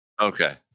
Okay